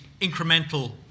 incremental